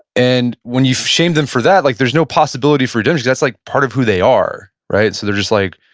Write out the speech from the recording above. and when you shame them for that, like there's no possibility for redemption, that's like part of who they are, right? so they're just like,